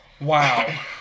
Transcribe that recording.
Wow